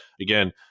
again